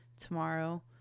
Tomorrow